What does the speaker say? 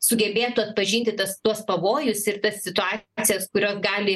sugebėtų atpažinti tas tuos pavojus ir tas situacijas kurios gali